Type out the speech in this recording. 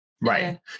Right